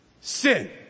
Sin